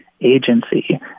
agency